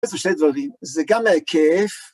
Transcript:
איזה שני דברים, זה גם ההיקף...